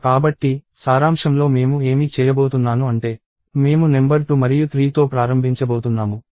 కాబట్టి సారాంశంలో మేము ఏమి చేయబోతున్నాను అంటే మేము నెంబర్ 2 మరియు 3తో ప్రారంభించబోతున్నాము